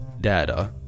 data